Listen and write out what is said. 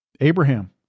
Abraham